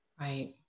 Right